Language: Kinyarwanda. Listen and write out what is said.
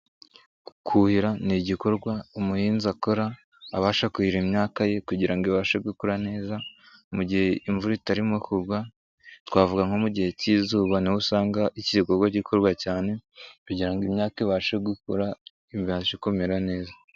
Kuhira ni igikorwa umuhinza akora abasha kuhira imyaka ye kugira ngo ibashe gukura neza mu gihe imvura itarimo kugwa, twavuga nko mu gihe cy'izuba niho usanga iki gikorwa gikorwa cyane kugira ngo imyaka ibashe gukura ibashe kumera neza.